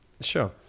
Sure